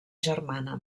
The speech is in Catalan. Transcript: germana